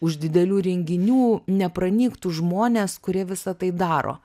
už didelių renginių nepranyktų žmonės kurie visa tai daro